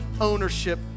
ownership